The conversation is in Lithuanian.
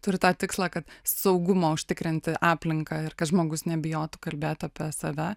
turi tą tikslą kad saugumo užtikrinti aplinką ir kad žmogus nebijotų kalbėt apie save